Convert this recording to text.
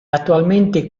attualmente